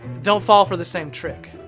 don't fall for the same trick.